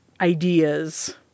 ideas